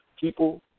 people